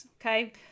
Okay